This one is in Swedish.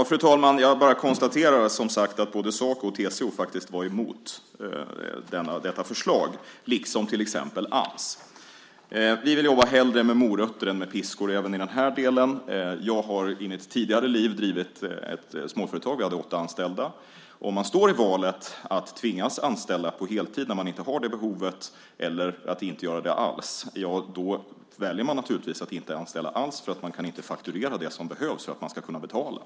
Fru talman! Jag bara konstaterar att både Saco och TCO faktiskt var emot detta förslag, liksom till exempel Ams. Vi vill hellre jobba med morötter än med piskor även i den här delen. Jag har i mitt tidigare liv drivit ett småföretag. Jag hade åtta anställda. Om man står inför valet att tvingas anställa på heltid när man inte har det behovet eller att inte göra det alls, ja, då väljer man naturligtvis att inte anställa alls, därför att man kan inte fakturera det som behövs för att man ska kunna betala.